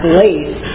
late